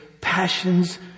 passions